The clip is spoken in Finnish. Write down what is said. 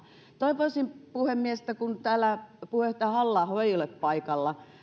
toivoisin puhemies että kun täällä puheenjohtaja halla aho ei ole paikalla